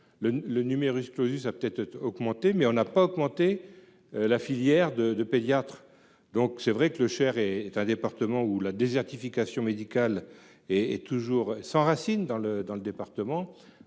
le numerus clausus a peut-être augmenté mais on n'a pas augmenté. La filière de de pédiatres. Donc c'est vrai que le cher et est un département où la désertification médicale et et toujours s'enracine dans le dans